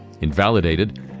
invalidated